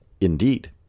Indeed